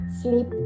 sleep